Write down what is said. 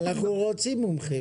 אנחנו הרי רוצים מומחים.